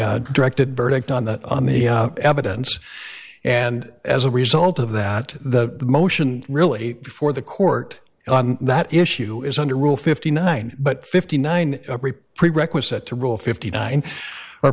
directed verdict on the evidence and as a result of that the motion really before the court on that issue is under rule fifty nine but fifty nine prerequisite to rule fifty nine